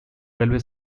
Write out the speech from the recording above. railway